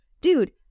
dude